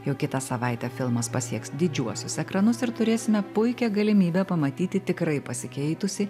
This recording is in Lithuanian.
jau kitą savaitę filmas pasieks didžiuosius ekranus ir turėsime puikią galimybę pamatyti tikrai pasikeitusį